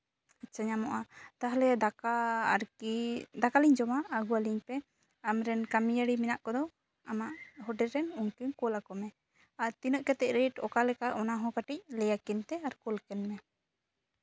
ᱟᱪᱪᱷᱟ ᱧᱟᱢᱚᱜᱼᱟ ᱛᱟᱦᱚᱞᱮ ᱫᱟᱠᱟ ᱟᱨᱠᱤ ᱫᱟᱠᱟᱞᱤᱧ ᱡᱚᱢᱟ ᱟᱹᱜᱩ ᱟᱹᱞᱤᱧ ᱯᱮ ᱟᱢ ᱨᱮᱱ ᱠᱟᱹᱢᱤᱭᱟᱹᱨᱤ ᱢᱮᱱᱟᱜ ᱠᱚᱫᱚ ᱟᱢᱟᱜ ᱦᱳᱴᱮᱞ ᱨᱮᱱ ᱩᱱᱠᱤᱱ ᱠᱩᱞ ᱟᱹᱠᱤᱱ ᱢᱮ ᱟᱨ ᱛᱤᱱᱟᱹᱜ ᱠᱟᱛᱮᱫ ᱨᱮᱴ ᱚᱠᱟ ᱞᱮᱠᱟ ᱚᱱᱟ ᱦᱚᱸ ᱠᱟᱹᱴᱤᱡ ᱞᱟᱹᱭ ᱟᱹᱠᱤᱱ ᱛᱮ ᱟᱨ ᱠᱩᱞ ᱠᱟᱹᱠᱤᱱ ᱢᱮ